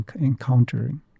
encountering